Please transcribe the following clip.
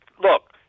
look